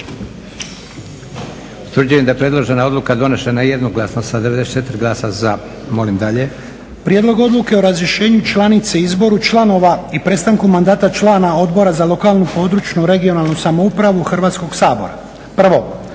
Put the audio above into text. Utvrđujem da je predložena odluka donešena jednoglasno sa 94 glasa za. Molim dalje. **Lučin, Šime (SDP)** Prijedlog odluke o razrješenju članice i izboru članova i prestanku mandata člana Odbora za lokalnu, područnu (regionalnu) samoupravu Hrvatskog sabora. Prvo,